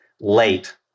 late